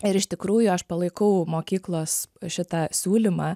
ir iš tikrųjų aš palaikau mokyklos šitą siūlymą